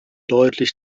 deutlich